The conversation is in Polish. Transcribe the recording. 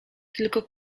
tylko